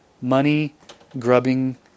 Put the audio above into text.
Money-grubbing